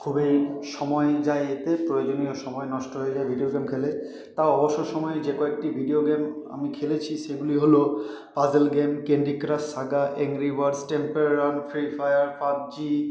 খুবই সময় যায় এতে প্রয়োজনীয় সময় নষ্ট হয়ে যায় ভিডিও গেম খেলে তাও অবসর সময়ে যে কয়েকটি ভিডিও গেম আমি খেলেছি সেগুলি হল puzzle game candy crush saga angry birds temple run free fire PUBG